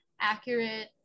accurate